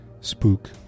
Spook